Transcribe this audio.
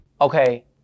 Okay